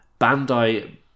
Bandai